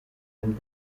and